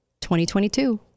2022